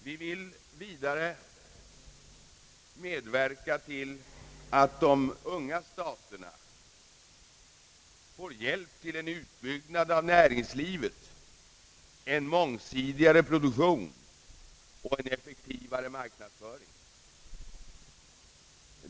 Vi vill vidare medverka till att de unga staterna får hjälp till en utbyggnad av näringslivet, en mångsidigare produktion och en effektivare marknadsföring.